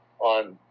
on